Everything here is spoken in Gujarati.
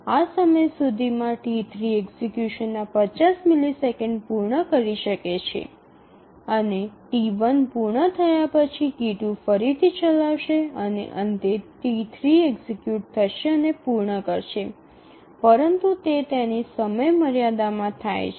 આ સમય સુધીમાં T3 એક્ઝિકયુશનના ૫0 મિલિસેકન્ડ પૂર્ણ કરી શકશે અને T1 પૂર્ણ થયા પછી T2 ફરીથી ચલાવશે અને અંતે T3 એક્ઝિકયુટ થશે અને પૂર્ણ કરશે પરંતુ તે તેની સમયમર્યાદામા થાય છે